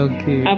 Okay